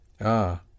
Ah